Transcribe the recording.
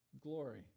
glory